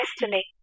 destiny